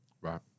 Right